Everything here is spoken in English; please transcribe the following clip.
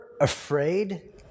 afraid